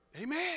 Amen